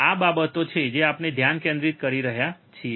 આ બાબતો છે જે આપણે આજે ધ્યાન કેન્દ્રિત કરી રહ્યા છીએ